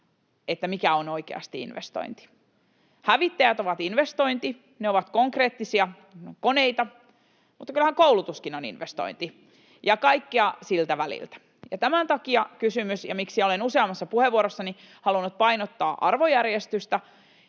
siitä, mikä on oikeasti investointi. Hävittäjät ovat investointi, ne ovat konkreettisia koneita, mutta kyllähän koulutuskin on investointi — ja kaikkea siltä väliltä. Tämän takia olen useammassa puheenvuorossani halunnut painottaa arvojärjestystä,